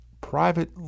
private